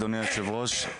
אדוני היושב ראש,